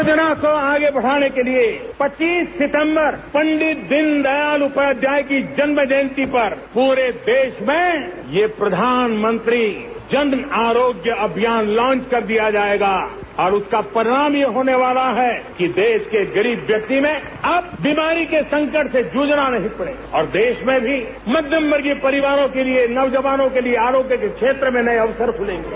योजना को आगे बढ़ाने के लिए पच्चीस सितंबर पंडित दीनदयाल उपाध्याय की जयंती पर पूरे देश में ये प्रधानमंत्री जन आरोग्य अभियान लांच कर दिया जाएगा और उसका परिणाम ये होने वाला है कि देश के गरीब व्यक्ति में अब बीमारी के संकट से जूझना नहीं पड़ेगा और देश में भी मध्यम वर्गीय परिवारों के लिए नौजवानों के लिए आरोग्य के क्षेत्र में नए अवसर मिलेंगे